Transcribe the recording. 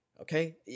okay